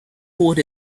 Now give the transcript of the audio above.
pulled